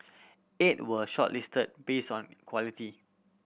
eight were shortlisted based on quality